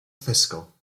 fiscal